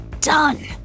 done